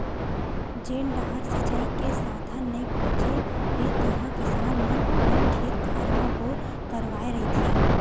जेन डाहर सिचई के साधन नइ पहुचे हे तिहा किसान मन अपन खेत खार म बोर करवाए रहिथे